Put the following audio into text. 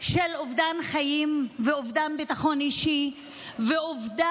הזו של אובדן חיים ואובדן ביטחון אישי ואובדן